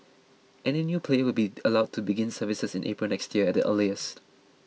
any new player will be allowed to begin services in April next year at the earliest